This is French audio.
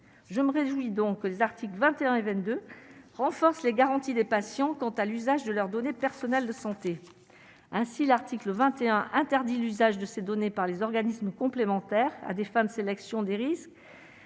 je me réjouis donc les articles 21 et 22 renforce les garanties des patients, quant à l'usage de leurs données personnelles de santé ainsi l'article 21 interdit l'usage de ces données par les organismes complémentaires à des femmes de sélection des risques